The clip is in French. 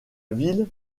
ville